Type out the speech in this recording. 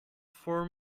for